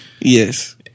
Yes